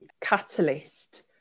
catalyst